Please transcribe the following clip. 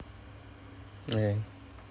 okay